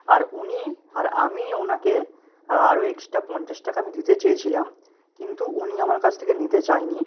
আর উনি আর আমি ওনাকে আরো এক্সট্রা পঞ্চাশ টাকা আমি দিতে চেয়েছিলাম কিন্তু উনি আমার কাছ থেকে নিতে চায় নি